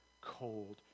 cold